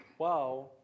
wow